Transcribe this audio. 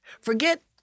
forget